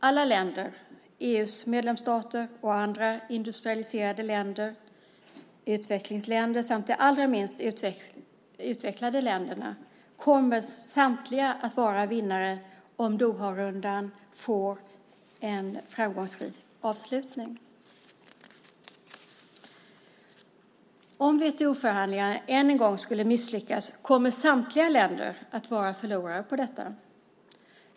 Alla länder - EU:s medlemsstater och andra industrialiserade länder, utvecklingsländer samt de allra minst utvecklade länderna - kommer att vara vinnare om Doharundan får en framgångsrik avslutning. Om WTO-förhandlingarna än en gång skulle misslyckas kommer samtliga länder att vara förlorare på detta.